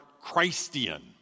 Christian